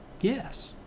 Yes